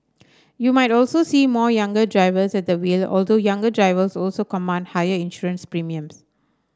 you might also see more younger drivers at the wheel although younger drivers also command higher insurance premiums